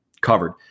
covered